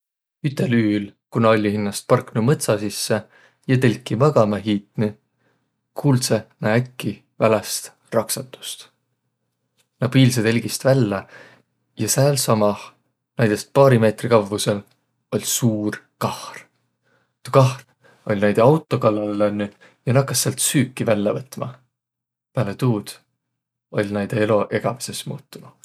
Ütel üül, ku nä olliq hinnäst parknuq mõtsa sisse ja telki magama hiitnüq, kuuldsõq nä äkki väläst raksatust. Nä piilseq telgist vällä ja säälsamah, näidest paari meetri kavvusõl, oll' suur kahr. Tuu kahr oll' näide auto kallalõ lännüq ja nakas' säält süüki vällä võtma. Pääle tuud oll' näide elo egävedses muutunuq.